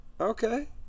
Okay